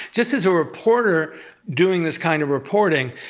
just as a reporter doing this kind of reporting,